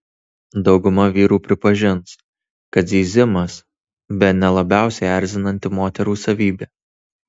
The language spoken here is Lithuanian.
dauguma vyrų pripažins kad zyzimas bene labiausiai erzinanti moterų savybė